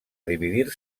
dividir